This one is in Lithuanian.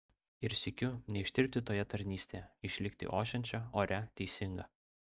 ir sykiu neištirpti toje tarnystėje išlikti ošiančia oria teisinga